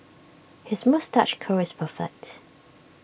his moustache curl is perfect